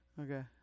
Okay